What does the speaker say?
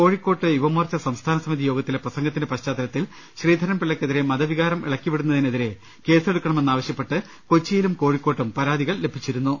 കോഴിക്കോട്ട് യുവ മോർച്ച സംസ്ഥാന സമിതി യോഗത്തിലെ പ്രസംഗത്തിന്റെ പശ്ചാത്തലത്തിൽ ശ്രീധരൻപിള്ളക്കെതിരെ മതവികാരം ഇളക്കിവിടുന്നതിനെതിരെ കേസെടു ക്കണമെന്നാവശ്യപ്പെട്ട് കൊച്ചിയിലും കോഴിക്കോട്ടും പ്രാതികൾ ലഭിച്ചിരു ന്നു